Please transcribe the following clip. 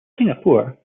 singapore